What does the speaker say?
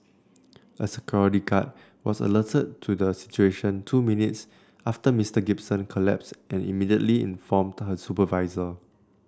a security guard was alerted to the situation two minutes after Mr Gibson collapsed and immediately informed her supervisor